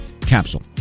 capsule